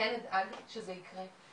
אדאג שזה יקרה.